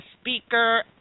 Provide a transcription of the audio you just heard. speaker